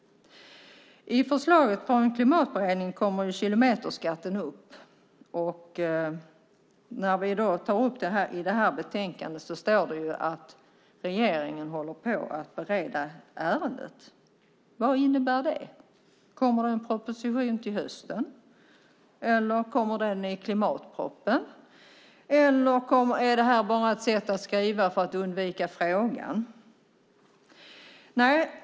I förslaget från Klimatberedningen tas kilometerskatten upp. När detta tas upp i detta betänkande står det att regeringen håller på att bereda ärendet. Vad innebär det? Kommer det en proposition till hösten, kommer det förslag i klimatpropositionen, eller är detta bara ett sätt att skriva för att undvika frågan?